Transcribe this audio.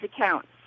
accounts